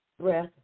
breath